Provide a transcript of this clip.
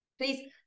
Please